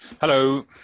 Hello